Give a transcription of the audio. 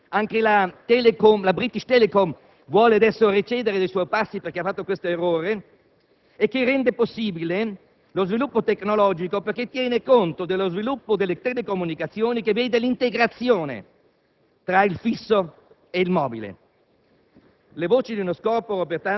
Un modello presente in tutti i Paesi europei (anche la British Telecom vuole recedere nei suoi passi perché ha commesso questo errore) e che rende possibile lo sviluppo tecnologico perché tiene conto dello sviluppo delle telecomunicazioni che vede l'integrazione